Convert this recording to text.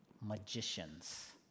magicians